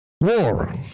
War